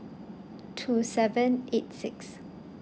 two seven eight six